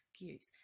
excuse